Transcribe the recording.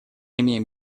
имеем